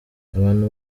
abantu